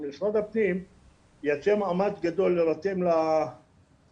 משרד הפנים יעשה מאמץ גדול להירתם ליוזמה